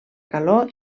calor